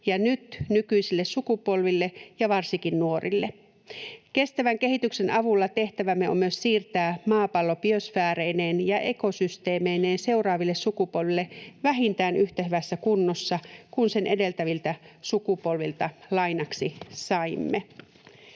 ja nyt nykyisille sukupolville ja varsinkin nuorille. Kestävän kehityksen avulla tehtävämme on myös siirtää maapallo biosfääreineen ja ekosysteemeineen seuraaville sukupolville vähintään yhtä hyvässä kunnossa kuin sen edeltäviltä sukupolvilta lainaksi saimme.